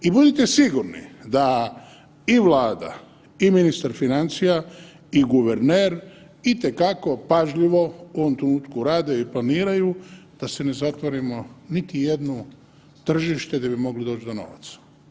I budite sigurni da i Vlada i ministar financija i guverner itekako pažljivo u ovom trenutku rade i planiraju da se ne zatvorimo niti jedno tržište gdje bi mogli doći do novaca.